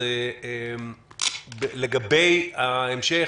לגבי ההמשך